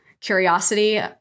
Curiosity